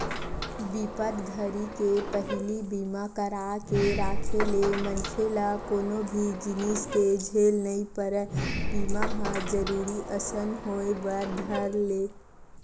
बिपत घरी के पहिली बीमा करा के राखे ले मनखे ल कोनो भी जिनिस के झेल नइ परय बीमा ह जरुरी असन होय बर धर ले